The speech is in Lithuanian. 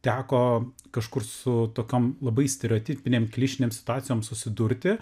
teko kažkur su tokiom labai stereotipinėm klišėm situacijom susidurti